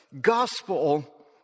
gospel